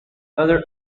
under